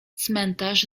cmentarz